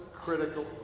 critical